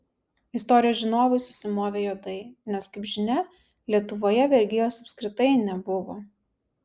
istorijos žinovai susimovė juodai nes kaip žinia lietuvoje vergijos apskritai nebuvo